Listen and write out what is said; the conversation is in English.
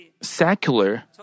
secular